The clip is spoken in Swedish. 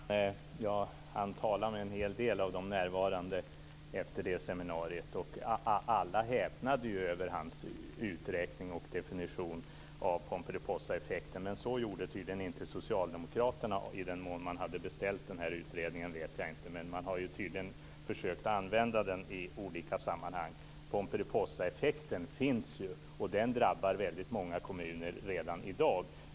Fru talman! Jag hann tala med en hel del med de närvarande efter seminariet, och alla häpnade över hans uträkning och definition av Pomperipossaeffekten. Men så gjorde tydligen inte socialdemokraterna. I vilken mån man hade beställt den här utredningen vet jag inte, men man hade tydligen försökt använda den i olika sammanhang. Pomperipossaeffekten finns ju, och den drabbar väldigt många kommuner redan i dag.